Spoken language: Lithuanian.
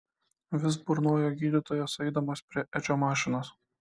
vis burnojo gydytojas eidamas prie edžio mašinos